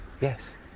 Yes